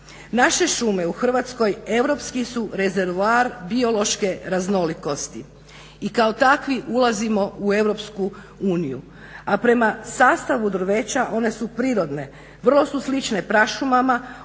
Naše šume u Hrvatskoj europski su rezervoar biološke raznolikosti i kao takvi ulazimo u Europsku uniju, a prema sastavu drveća one su prirodne, vrlo su slične prašumama